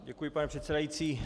Děkuji, pane předsedající.